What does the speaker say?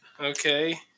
Okay